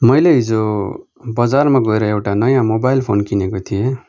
मैले हिजो बजारमा गएर एउटा नयाँ मोबाइल फोन किनेको थिएँ